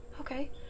okay